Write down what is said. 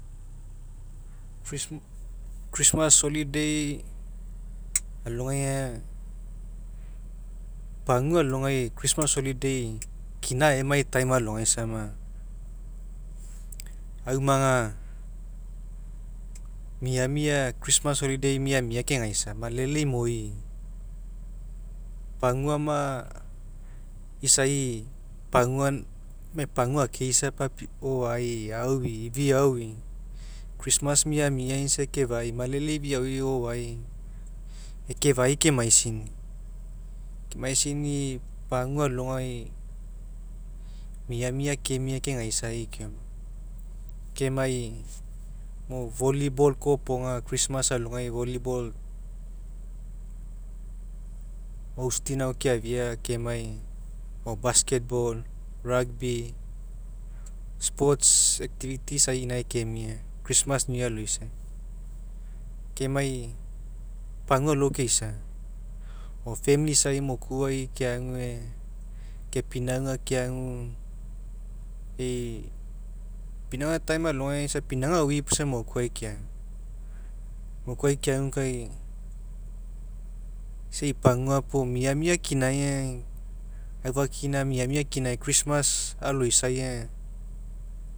christmas holiday alogai aga pagia alogai christmas holiday kina emai time alogai sama auniaga miamia christmas holiday miamia kegaisa malele imoi paguana isai pagua akeisa aui o. vae ifiao christmas mianuai aga isa ekefai malele ifiao miamia kemia kegaisai kemia kemai mo volleyball kopaga christmas alogai volleyball hosting ao keafa kemai o baketball, rugby sports activity isai inae kemia christmas new year aloiai kemai pagua alo kaisa o famili isai mokuai keague keinauga keagu ei pinauga time alogai aga isa pinauga aui puo isa mokuai keague, mokuai keague kai isa ei pagua puo miamia kinai aga aufakina miamia kina, christmas aloisai aga.